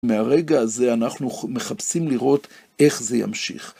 מהרגע הזה אנחנו מחפשים לראות איך זה ימשיך.